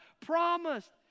promised